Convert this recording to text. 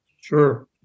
Sure